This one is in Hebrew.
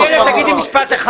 איילת, תגידי משפט אחד.